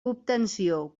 obtenció